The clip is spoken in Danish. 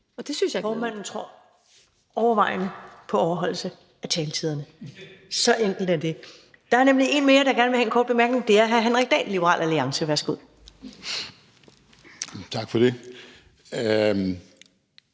(Karen Ellemann): Formanden tror overvejende på overholdelse af taletiden; så enkelt er det. Der er nemlig en mere, der gerne vil have en kort bemærkning. Det er hr. Henrik Dahl, Liberal Alliance. Værsgo. Kl.